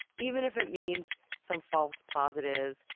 even if it means some false-positives,